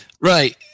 Right